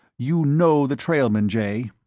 you know the trailmen, jay.